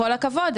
כל הכבוד,